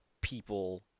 people